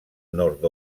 nord